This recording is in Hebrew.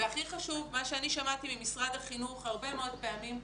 והכי חשוב מה שאני שמעתי ממשרד החינוך הרבה פעמים,